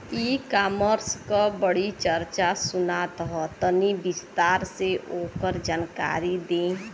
ई कॉमर्स क बड़ी चर्चा सुनात ह तनि विस्तार से ओकर जानकारी दी?